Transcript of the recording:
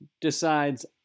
decides